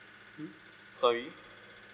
hmm sorry